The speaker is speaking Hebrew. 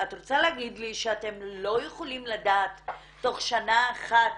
את רוצה להגיד לי שאתם לא יכולים לדעת תוך שנה אחת